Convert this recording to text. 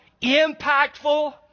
impactful